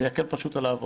זה פשוט יקל על העבודה.